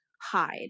hide